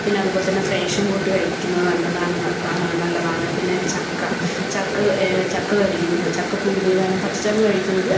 പിന്നെ അതുപോലെത്തന്നെ passion fruit കഴിക്കുന്നത് നല്ലതാണ് എന്ന് നല്ലതാണ് പിന്നെ ചക്ക ചക്ക ചക്ക കഴിക്കുന്നത് ചക്ക പുഴുങ്ങിയത്ത് ആണ് പച്ച ചക്ക കഴിക്കുന്നത്